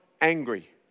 angry